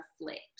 reflect